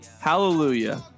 Hallelujah